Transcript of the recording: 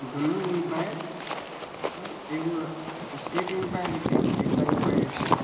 दुनू एम्पायर अपन एगो स्टेट एम्पायर होइ छै एगो लेग बाइ एम्पायर होइ छै